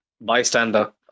Bystander